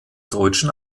deutschen